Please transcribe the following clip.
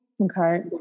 Okay